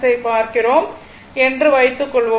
ஐப் பார்க்கிறோம் என்று வைத்துக்கொள்வோம்